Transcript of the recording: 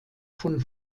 von